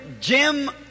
Jim